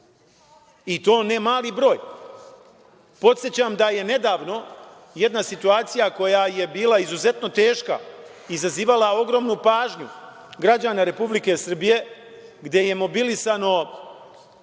i to ne mali broj. Podsećam da je nedavno jedna situacija, koja je bila izuzetno teška, izazivala ogromnu pažnju građana Republike Srbije, gde je mobilisano